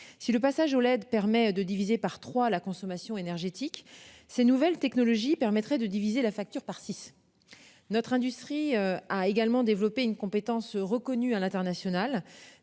Si le passage au LED permet de diviser par 3 la consommation énergétique. Ces nouvelles technologies permettrait de diviser la facture par six. Notre industrie a également développé une compétence reconnue à l'international